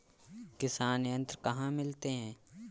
किसान यंत्र कहाँ मिलते हैं?